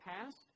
past